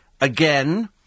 again